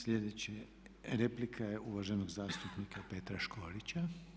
Sljedeća replika je uvaženog zastupnika Petra Škorića.